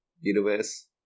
universe